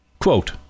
quote